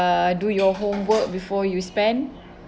uh do your homework before you spend